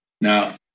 Now